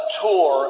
tour